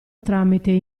tramite